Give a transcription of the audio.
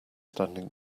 standing